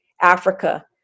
Africa